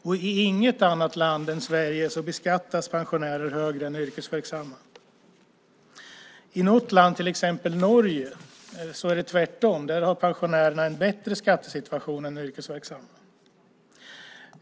Inte i något annat land än Sverige beskattas pensionärer högre än yrkesverksamma. I till exempel Norge är det tvärtom. Där har pensionärerna en bättre skattesituation än yrkesverksamma.